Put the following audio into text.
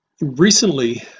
Recently